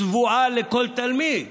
צבועה, לכל תלמיד.